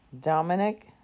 Dominic